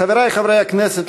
חברי חברי הכנסת,